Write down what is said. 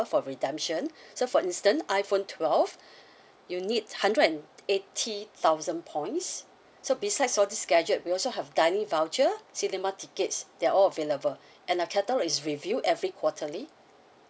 for redemption so for instance iphone twelve you need hundred and eighty thousand points so besides all these gadget we also have dining vouchers cinema tickets they are all available and our catalogue is review every quarterly